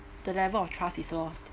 the level of trust is lost